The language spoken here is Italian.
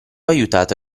aiutato